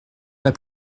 pas